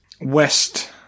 West